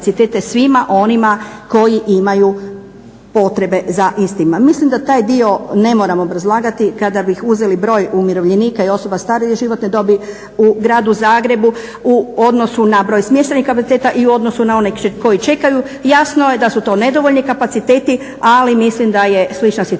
svima onima koji imaju potrebe za istima. Mislim da taj dio ne moram obrazlagati, kad bi uzeli broj umirovljenika i osoba starije životne dobi u gradu Zagrebu u odnosu na broj smještajnih kapaciteta i u odnosu na one koji čekaju, jasno je da su to nedovoljni kapaciteti ali mislim da je slična situacija